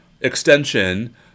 extension